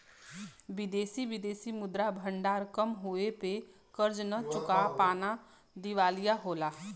विदेशी विदेशी मुद्रा भंडार कम होये पे कर्ज न चुका पाना दिवालिया होला